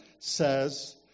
says